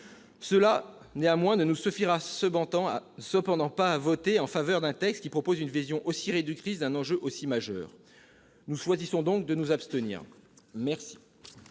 Néanmoins, cela ne suffira pas pour voter en faveur d'un texte qui propose une vision aussi réductrice d'un enjeu aussi majeur. Nous choisissons donc de nous abstenir. La